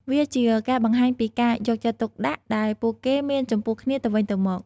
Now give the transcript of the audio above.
វាជាការបង្ហាញពីការយកចិត្តទុកដាក់ដែលពួកគេមានចំពោះគ្នាទៅវិញទៅមក។